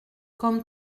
comme